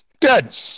good